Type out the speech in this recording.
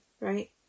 right